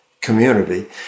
community